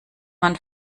man